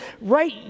right